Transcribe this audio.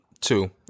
Two